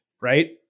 right